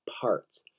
parts